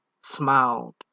smiled